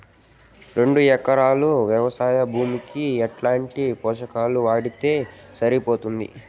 రెండు ఎకరాలు వ్వవసాయ భూమికి ఎట్లాంటి పోషకాలు వాడితే సరిపోతుంది?